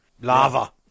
Lava